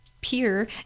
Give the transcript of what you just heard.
peer